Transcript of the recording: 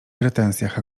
pretensjach